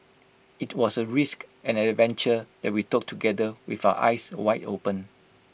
IT was A risk and an adventure that we took together with our eyes wide open